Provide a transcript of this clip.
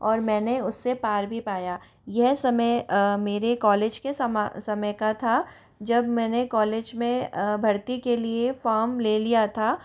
और मैंने उस से पार भी पाया यह समय मेरे कॉलेज के समा समय का था जब मैंने कॉलेज में भर्ती के लिए फॉर्म ले लिया था